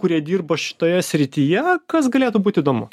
kurie dirba šitoje srityje kas galėtų būt įdomu